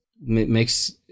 makes